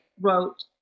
wrote